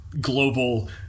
global